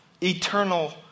eternal